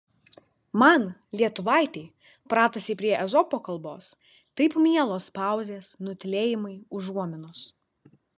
man lietuvaitei pratusiai prie ezopo kalbos taip mielos pauzės nutylėjimai užuominos